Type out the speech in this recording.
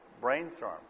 brainstorm